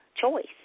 choice